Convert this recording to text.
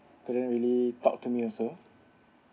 couldn't really talk to me also